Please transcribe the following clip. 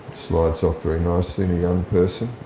so ah and so off very nicely in a young person.